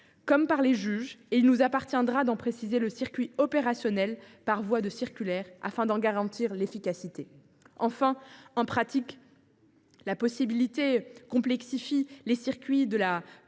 comme par les juges, et il nous appartiendra d’en préciser le circuit opérationnel par voie de circulaire afin d’en garantir l’efficacité. Ensuite, en pratique, cette possibilité complexifie les circuits de la